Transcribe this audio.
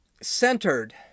centered